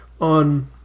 on